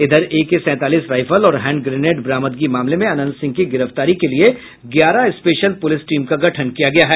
इधर एके सैंतालीस रायफल और हैंड ग्रेनेड बरामदगी मामले में अनंत सिंह की गिरफ्तारी के लिये ग्यारह स्पेशल पुलिस टीम का गठन किया गया है